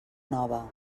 nova